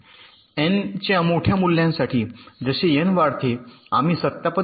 तर फ्लिप फ्लॉपची एस संख्या असल्यास ते 2 एस संभाव्य राज्यात असू शकतात